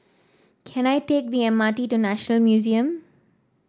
can I take the M R T to National Museum